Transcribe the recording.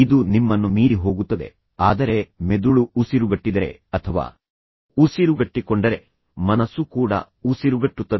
ಇದು ನಿಮ್ಮನ್ನು ಮೀರಿ ಹೋಗುತ್ತದೆ ಆದರೆ ಮೆದುಳು ಉಸಿರುಗಟ್ಟಿದರೆ ಅಥವಾ ಉಸಿರುಗಟ್ಟಿಕೊಂಡರೆ ಮನಸ್ಸು ಕೂಡ ಉಸಿರುಗಟ್ಟುತ್ತದೆ